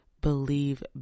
believe